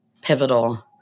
pivotal